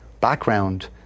background